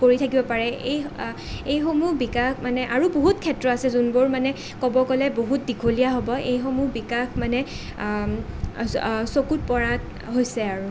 কৰি থাকিব পাৰে এই এইসমূহ বিকাশ মানে আৰু বহুত ক্ষেত্ৰ আছে যোনবোৰ মানে ক'ব গ'লে বহুত দীঘলীয়া হ'ব এইসমূহ বিকাশ মানে চকুত পৰা হৈছে আৰু